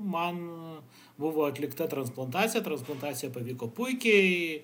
man buvo atlikta transplantacija transplantacija pavyko puikiai